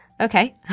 Okay